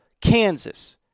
Kansas